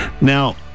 Now